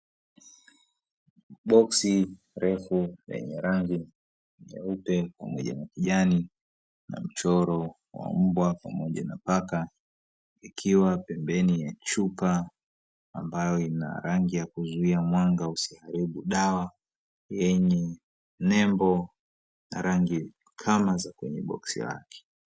Boksi refu lenye rangi nyeupe pamoja na kijani na mchoro wa mbwa pamoja na paka, ikiwa pembeni ya chupa ambayo ina rangi ya kuzuia mwanga usiharibu dawa yenye nembo na rangi kama za kwenye boksi lake.